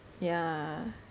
yeah